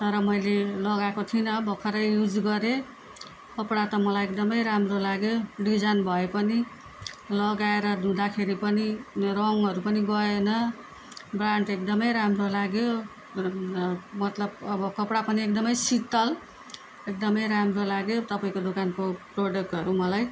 तर मैले लगाएको छुइनँ भर्खरै युज गरेँ कपडा त मलाई एकदमै राम्रो लाग्यो डिजाइन भए पनि लगार धुँदाखेरि पनि उयो रङ्गहरू पनि गएन एकदमै राम्रो लाग्यो मतलब अब कपडा पनि एकदमै शीतल एकदमै राम्रो लाग्यो तपाईँको दोकानको प्रडक्टहरू मलाई